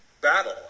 battle